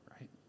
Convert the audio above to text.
Right